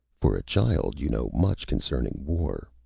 for a child, you know much concerning war.